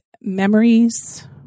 memories